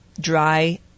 dry